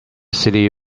city